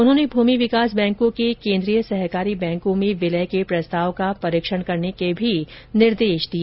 उन्होंने भूमि विकास बैंकों के केन्द्रीय सहकारी बैंकों में विलय के प्रस्ताव का परीक्षण करने के भी निर्देश दिए